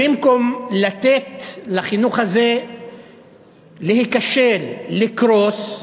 במקום לתת לחינוך הזה להיכשל, לקרוס,